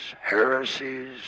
heresies